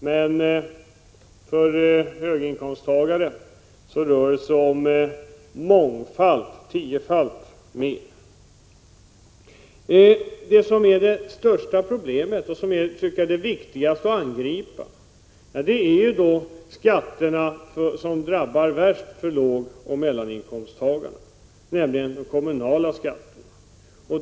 Men för höginkomsttagarna rör det sig om tiofalt mer. Det största problemet och det som är viktigast att angripa är de skatter som drabbar lågoch mellaninkomsttagarna värst, nämligen de kommunala skatterna.